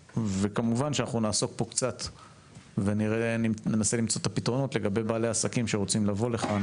וכמובן שננסה למצוא את הפתרונות לגבי בעלי העסקים שרוצים לבוא לכאן